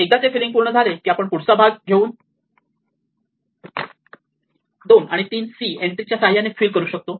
एकदा ते फिलींग पूर्ण झाले की आपण पुढचा भाग दोन आणि तीन c एन्ट्री च्या सहाय्याने फिल करू शकतो